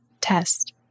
test